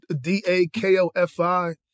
D-A-K-O-F-I